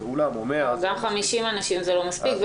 לאולם --- גם 50 אנשים זה לא מספיק,